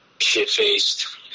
shit-faced